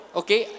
okay